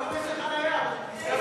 קוראים לזה חניה, אבל זאת כניסה לים.